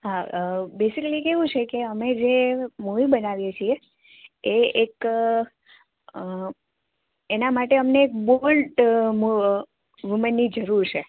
હા બેસિકલી કેવું છે કે અમે જે મૂવી બનાવીએ છે એ એક એના માટે અમને બોલ્ટ વુમનની જરૂર છે